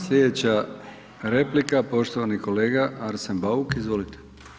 Slijedeća replika, poštovani kolega Arsen Bauk, izvolite.